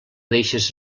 deixis